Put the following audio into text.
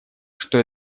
что